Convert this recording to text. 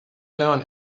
learn